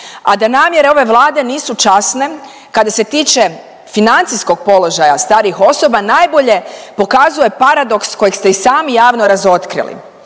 A da namjere ove Vlade nisu časne, kada se tiče financijskog položaja starijih osoba najbolje pokazuje paradoks kojeg ste i sami javno razotkrili,